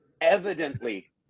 Evidently